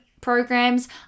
programs